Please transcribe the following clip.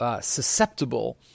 Susceptible